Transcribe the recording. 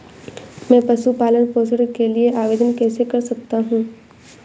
मैं पशु पालन पोषण के लिए आवेदन कैसे कर सकता हूँ?